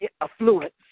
affluent